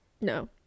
No